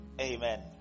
Amen